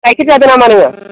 गायखेर जादों नामा नोङो